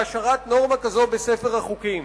בהשארת נורמה כזאת בספר החוקים.